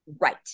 Right